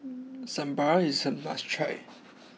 Sambar is a must try